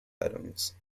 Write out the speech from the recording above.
items